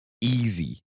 easy